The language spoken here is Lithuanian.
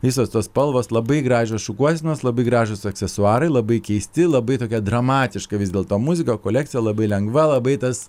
visos tos spalvos labai gražios šukuosenos labai gražūs aksesuarai labai keisti labai tokia dramatiška vis dėlto muzika kolekcija labai lengva labai tas